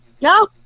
No